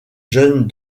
jeune